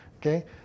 okay